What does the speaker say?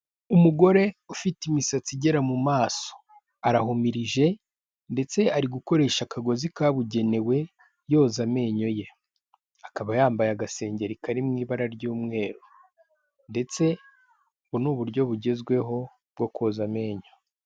Umugore ufite imisatsi igera mu maso, arahumirije ndetse ari gukoresha akagozi kabugenewe yoza amenyo ye, akaba yambaye agasengeri kari mu ibara ry'umweru, ndetse ubu ni uburyo bugezweho bwo koza amenyo.